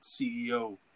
CEO